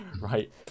right